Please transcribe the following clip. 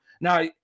Now